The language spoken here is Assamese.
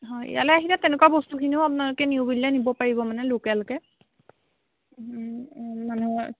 হয় ইয়ালে আহিলে তেনেকুৱা বস্তুখিনিও আপোনালোকে নিও বুলিলে নিব পাৰিব মানে লোকেলকে মানুহৰ